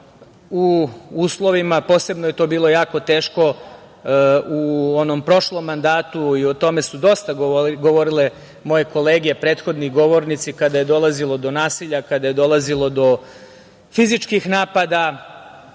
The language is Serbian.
u uslovima, posebno je to bilo jako teško u onom prošlom mandatu i o tome su dosta govorile moje kolege prethodni govornici kada je dolazilo do nasilja, kada je dolazilo do fizičkih napada,